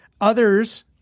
others